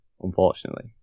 unfortunately